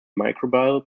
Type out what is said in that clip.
microbial